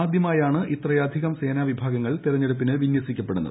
ആദ്യമായാണ് ഇത്രയധികം കേന്ദ്രസേനാവിഭാഗങ്ങൾ തിരഞ്ഞെടുപ്പിന് വിന്യസിക്കപ്പെടുന്നത്